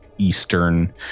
eastern